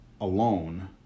alone